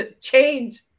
change